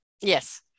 Yes